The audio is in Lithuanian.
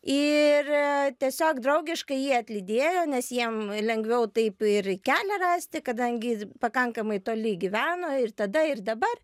ir tiesiog draugiškai jį atlydėjo nes jiem lengviau taip ir kelią rasti kadangi pakankamai toli gyveno ir tada ir dabar